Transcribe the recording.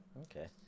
Okay